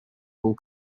bull